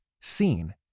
seen